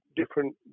different